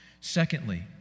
Secondly